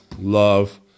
love